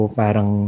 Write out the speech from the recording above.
parang